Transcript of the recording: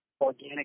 organic